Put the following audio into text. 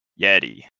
Yeti